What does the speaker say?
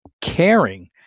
caring